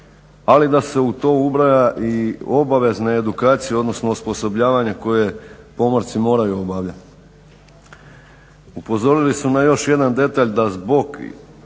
ali da se u to ubraja i obavezna edukacija odnosno osposobljavanje koje pomorci moraju obavljati. Upozorili su na još jedan detalj da zbog